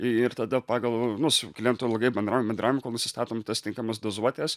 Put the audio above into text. ir tada pagal nu su klientu ilgai bendraujam bendraujam kol nusistatom tas tinkamas dozuotes